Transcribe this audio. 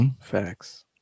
facts